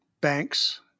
Banks